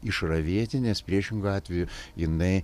išravėti nes priešingu atveju jinai